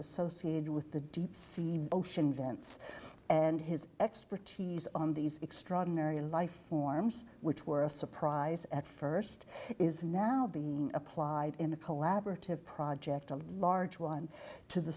associated with the deep sea ocean vents and his expertise on these extraordinary life forms which were a surprise at first is now being applied in a collaborative project on a large one to the